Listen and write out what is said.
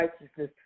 righteousness